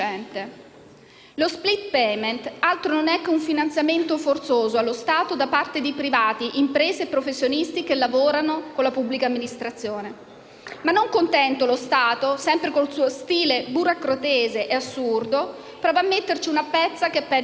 Lo *split payment* altro non è che un finanziamento forzoso allo Stato da parte di privati, imprese e professionisti che lavorano con la pubblica amministrazione. Ma non contento, lo Stato, sempre con il suo stile burocratese e assurdo, prova a metterci una pezza che è peggio del buco.